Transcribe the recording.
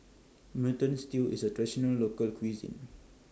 Mutton Stew IS A Traditional Local Cuisine